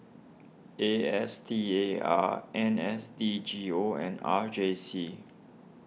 A S T A R N S D G O and R J C